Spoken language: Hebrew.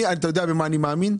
אתה יודע במה אני מאמין?